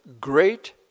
great